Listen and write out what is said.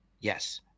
Yes